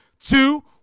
two